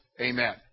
Amen